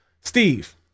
steve